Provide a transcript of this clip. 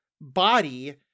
body